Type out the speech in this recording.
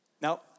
Now